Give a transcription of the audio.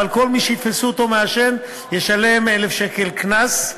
אבל כל מי שיתפסו אותו מעשן ישלם 1,000 שקל קנס.